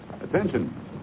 Attention